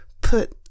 put